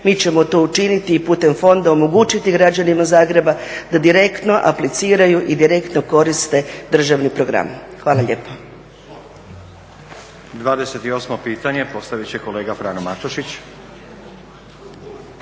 mi ćemo tu učiniti i putem fonda omogućiti građanima Zagreba da direktno apliciraju i direktno koriste državni program. Hvala lijepa.